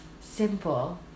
simple